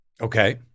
Okay